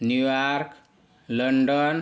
New York London